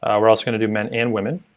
um we're also going to do men and women,